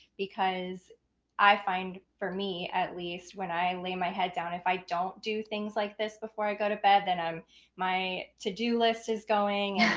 because i find, for me at least, when i lay my head down, if i don't do things like this before i go to bed, then i'm my to do list is going,